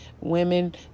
women